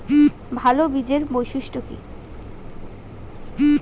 ভাল বীজের বৈশিষ্ট্য কী?